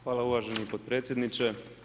Hvala uvaženi potpredsjedniče.